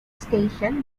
station